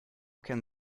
can